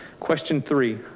question three,